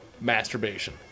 masturbation